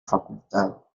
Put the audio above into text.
facultad